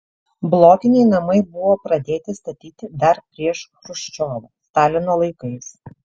blokiniai namai buvo pradėti statyti dar prieš chruščiovą stalino laikais